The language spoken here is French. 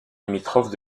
limitrophe